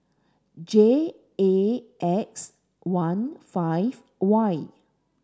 J A X one five Y